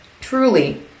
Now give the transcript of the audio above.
Truly